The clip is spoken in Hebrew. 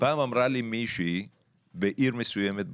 פעם אמרה לי מישהי בעיר מסוימת בדרום,